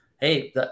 hey